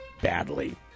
badly